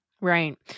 Right